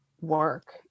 work